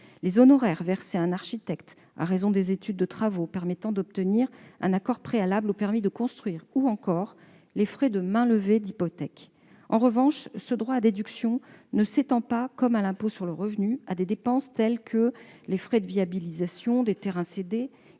les honoraires versés à un architecte à raison des études de travaux permettant d'obtenir un accord préalable au permis de construire ou encore les frais de mainlevée d'hypothèque. En revanche, ce droit à déduction ne s'étend pas, comme à l'impôt sur le revenu, à des dépenses telles que les frais de viabilisation des terrains cédés,